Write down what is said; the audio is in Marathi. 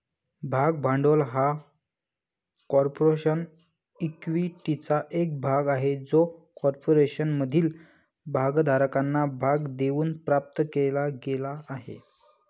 भाग भांडवल हा कॉर्पोरेशन इक्विटीचा एक भाग आहे जो कॉर्पोरेशनमधील भागधारकांना भाग देऊन प्राप्त केला गेला आहे